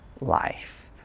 life